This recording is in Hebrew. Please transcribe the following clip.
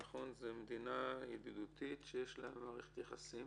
זאת מדינה ידידותית שיש לה מערכת יחסים